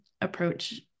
approach